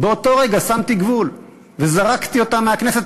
באותו רגע שמתי גבול וזרקתי אותם מהכנסת,